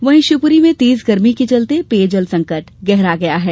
वहीं शिवपूरी में तेज गर्मी के चलते पेयजल संकट गहरा गया है